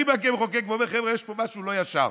אני בא כמחוקק ואומר: חבר'ה, יש פה משהו לא ישר.